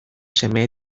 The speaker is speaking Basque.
seme